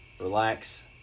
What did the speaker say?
relax